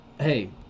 Hey